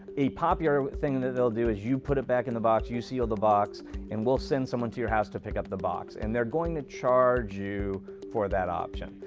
a popular thing and that they'll do is you put it back in the box, you seal the box and we'll send someone to your house to pick up the box and they're going to charge you for that option.